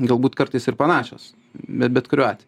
galbūt kartais ir panašios bet bet kuriuo atveju